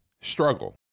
struggle